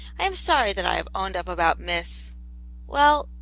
i am sorry that i have owned up about miss well,